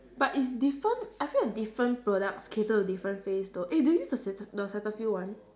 but it's different I feel like different products cater to different face though eh do you use the ceta~ the cetaphil one